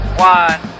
one